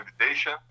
invitation